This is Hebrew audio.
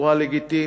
בצורה לגיטימית.